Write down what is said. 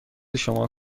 شما